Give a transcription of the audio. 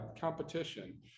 competition